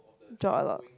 drop a lot